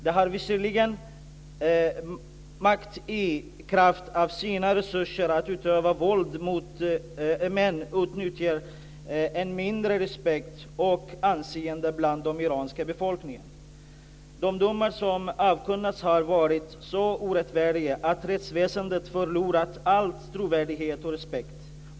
De har visserligen makt i kraft av sina resurser att utöva våld, men den åtnjuter än mindre respekt och anseende bland den iranska befolkningen. De domar som har avkunnats har varit så orättfärdiga att rättsväsendet har förlorat all trovärdighet och respekt.